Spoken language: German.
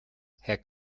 herr